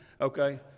okay